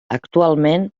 actualment